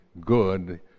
good